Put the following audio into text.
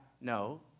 No